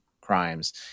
crimes